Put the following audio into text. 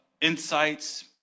insights